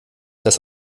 das